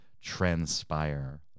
transpire